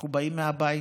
אנחנו באים מהבית,